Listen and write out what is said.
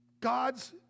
God's